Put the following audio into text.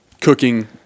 cooking